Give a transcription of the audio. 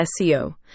SEO